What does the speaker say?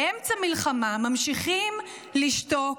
באמצע מלחמה, ממשיכים לשתוק,